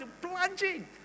plunging